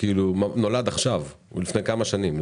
הוא נולד עכשיו, לפני כמה שנים.